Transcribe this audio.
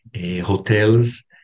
hotels